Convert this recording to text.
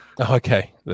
Okay